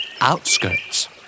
Outskirts